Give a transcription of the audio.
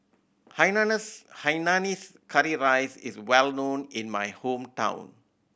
hainanese hainanese curry rice is well known in my hometown